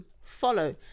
follow